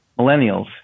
Millennials